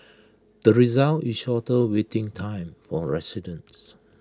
the result is shorter waiting time for residents